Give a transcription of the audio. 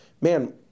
man